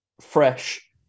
fresh